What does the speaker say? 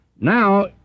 Now